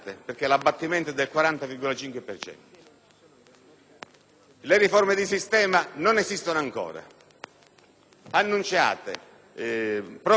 Le riforme di sistema non esistono ancora; sono annunciate, proclamate ma ancora non ne vediamo la luce.